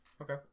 Okay